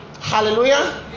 Hallelujah